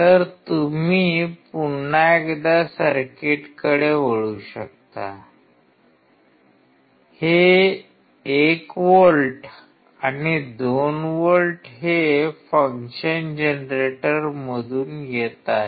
तर तुम्ही पुन्हा एकदा सर्किटकडे वळू शकता हे १ व्होल्ट आणि २ व्होल्ट हे फंक्शन जनरेटरमधून येत आहे